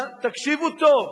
תקשיבו טוב,